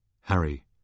Harry